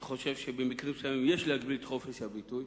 אני מאלה שחושבים שבמקרים מסוימים יש להגביל את חופש הביטוי.